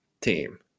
team